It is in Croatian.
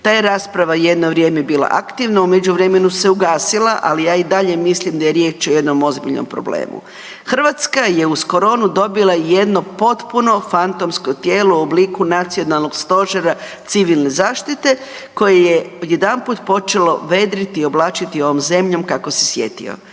Ta je rasprava jedno vrijeme bila aktivna, u međuvremenu se ugasila ali ja i dalje mislim da je riječ o jednom ozbiljnom problemu. Hrvatska je uz koronu dobila jedno potpuno fantomsko tijelo u obliku Nacionalnog stožera civilne zaštite koje je odjedanput počelo vedriti i oblačiti ovom zemljom kako se sjetio.